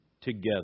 together